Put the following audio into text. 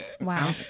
wow